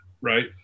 right